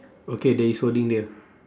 okay there is wording there